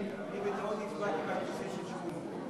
העברת נטל ההוכחה במקרה של פיטורין בשל הגשת תלונה על הטרדה מינית),